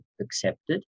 accepted